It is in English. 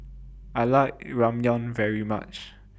I like Ramyeon very much